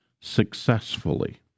successfully